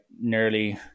nearly